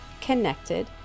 connected